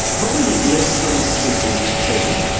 probably less than people think.